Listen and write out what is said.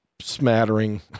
smattering